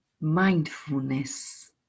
Mindfulness